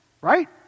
right